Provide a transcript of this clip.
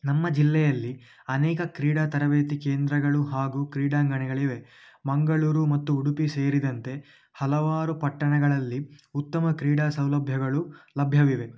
ನಮ್ಮ ಜಿಲ್ಲೆಯಲ್ಲಿ ಅನೇಕ ಕ್ರೀಡಾ ತರಬೇತಿ ಕೇಂದ್ರಗಳು ಹಾಗೂ ಕ್ರೀಡಾಂಗಣಗಳಿವೆ ಮಂಗಳೂರು ಮತ್ತು ಉಡುಪಿ ಸೇರಿದಂತೆ ಹಲವಾರು ಪಟ್ಟಣಗಳಲ್ಲಿ ಉತ್ತಮ ಕ್ರೀಡಾ ಸೌಲಭ್ಯಗಳು ಲಭ್ಯವಿವೆ